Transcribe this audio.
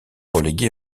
relégués